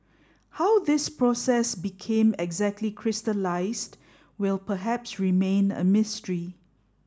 how this process became exactly crystallised will perhaps remain a mystery